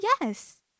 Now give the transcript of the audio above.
yes